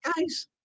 guys